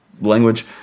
language